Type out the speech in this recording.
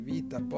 Vita